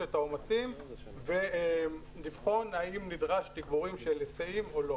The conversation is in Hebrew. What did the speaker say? את העומסים ולבחון האם נדרשים תגבורים של היסעים או לא.